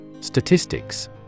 Statistics